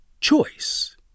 choice